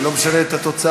אני לא משנה את התוצאה.